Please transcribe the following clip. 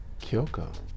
Kyoko